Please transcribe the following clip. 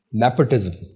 nepotism